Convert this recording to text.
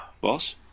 Boss